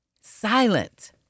Silent